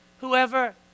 whoever